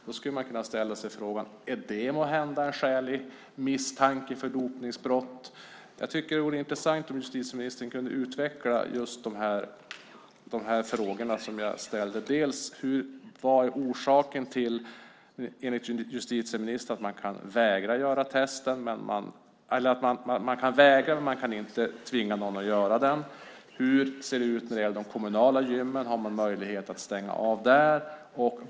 Då skulle man kunna ställa sig frågan: Är detta måhända en skälig misstanke för dopningsbrott? Jag tycker att det vore intressant om justitieministern kunde utveckla de frågor jag ställde: Vad är, enligt justitieministern, orsaken till att man kan vägra göra tester? Man kan ju inte tvinga någon att göra testerna. Hur ser det ut när det gäller de kommunala gymmen? Har man möjlighet att stänga av där?